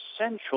essential